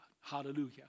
Hallelujah